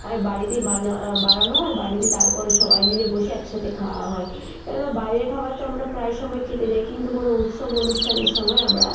আমি বাড়িতেই বানা বানানো হয় বাড়িতে তারপর সবাই মিলে বসে একসাথে খাওয়া হয় কেননা বাইরের খাবার তো আমরা প্রায় সময় খেতে যাই কিন্তু কোনো উৎসব অনুষ্ঠানের সময় আমরা